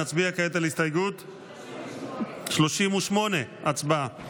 נצביע כעת על הסתייגות 38. הצבעה.